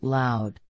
loud